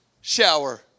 Shower